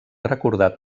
recordat